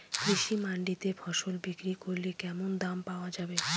কৃষি মান্ডিতে ফসল বিক্রি করলে কেমন দাম পাওয়া যাবে?